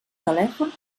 telèfon